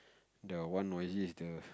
the one noisy is the